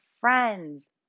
friends